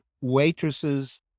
waitresses